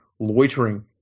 loitering